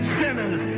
sinners